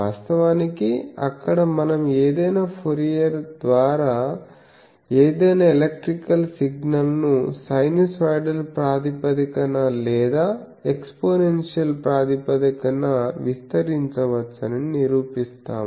వాస్తవానికి అక్కడ మనం ఏదైనా ఫోరియర్ ఏదైనా ఎలక్ట్రికల్ సిగ్నల్ను సైనూసోయిడల్ ప్రాతిపదికన లేదా ఎక్స్పోనెన్షియల్ ప్రాతిపదికన విస్తరించవచ్చని నిరూపిస్తాము